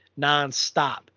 nonstop